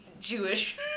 Jewish